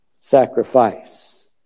sacrifice